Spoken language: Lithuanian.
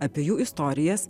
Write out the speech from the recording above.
apie jų istorijas